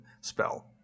spell